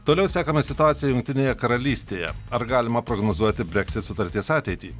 toliau sekame situaciją jungtinėje karalystėje ar galima prognozuoti brexit sutarties ateitį